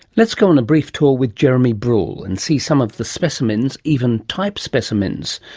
let's go on a brief tour with jeremy bruhl and see some of the specimens, even type specimens,